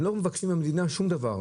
הם לא מבקשים מהמדינה שום דבר,